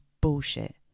bullshit